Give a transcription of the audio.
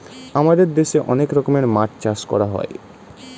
আমাদের দেশে অনেক রকমের মাছ চাষ করা হয়